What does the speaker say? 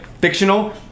fictional